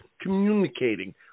communicating